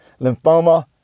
lymphoma